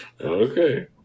Okay